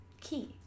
key